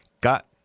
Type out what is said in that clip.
got